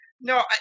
no